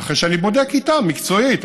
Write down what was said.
אחרי שאני בודק איתה מקצועית,